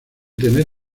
tener